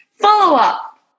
follow-up